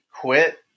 quit